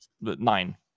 nine